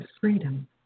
freedom